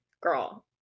girl